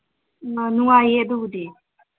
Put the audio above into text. ꯑ ꯅꯨꯡꯉꯥꯏꯌꯦ ꯑꯗꯨꯕꯨꯗꯤ